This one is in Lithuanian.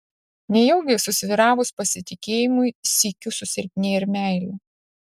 nejaugi susvyravus pasitikėjimui sykiu susilpnėja ir meilė